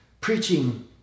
preaching